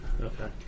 Okay